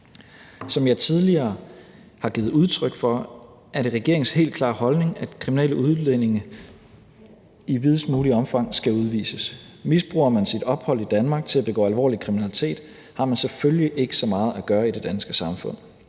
Som jeg tidligere har givet udtryk for, er det regeringens helt klare holdning, at kriminelle udlændinge i videst muligt omfang skal udvises. Misbruger man sit ophold i Danmark til at begå alvorlig kriminalitet, har man selvfølgelig ikke så meget at gøre i det danske samfund.